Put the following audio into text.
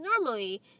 normally